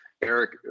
Eric